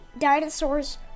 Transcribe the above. dinosaurs